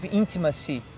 intimacy